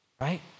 right